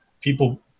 people